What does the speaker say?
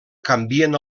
canvien